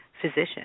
physician